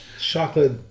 Chocolate